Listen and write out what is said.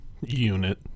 Unit